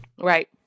Right